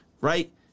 right